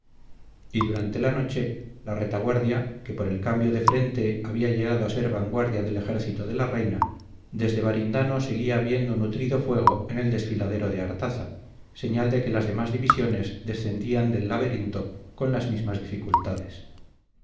y durante la noche la retaguardia que por el cambio de frente había llegado a ser vanguardia del ejército de la reina desde barindano seguía viendo nutrido fuego en el desfiladero de artaza señal de que las demás divisiones descendían del laberinto con las mismas dificultades